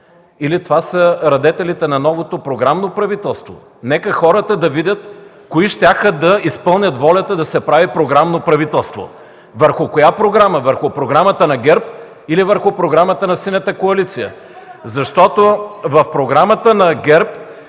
или това са радетелите на новото програмно правителство? Нека хората да видят кои щяха да изпълнят волята да се прави програмно правителство. Върху коя програма – върху програмата на ГЕРБ или върху програмата на Синята коалиция? ИСКРА ФИДОСОВА (ГЕРБ,